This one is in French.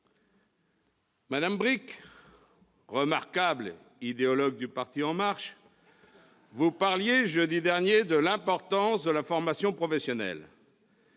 Madame Bricq, remarquable idéologue du parti « en marche »,... Merci !... vous parliez, jeudi dernier, de l'importance de la formation professionnelle.